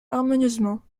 harmonieusement